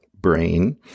brain